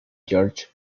george